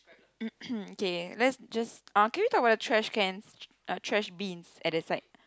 K let's just uh can we talk about the trash cans uh trash bins at the side